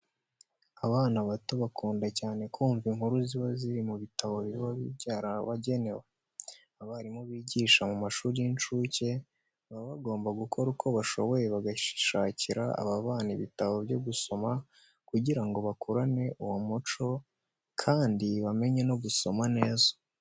Abana bato bakunda cyane kumva inkuru ziba ziri mu bitabo biba byarabagenewe. Abarimu bigisha mu mashuri y'incuke baba bagomba gukora uko bashoboye bagashakira aba bana ibitabo byo gusoma kugira ngo bakurane uwo muco kandi bamenye no gusoma neza.